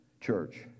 church